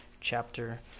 chapter